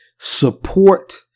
support